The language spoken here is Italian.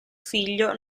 figlio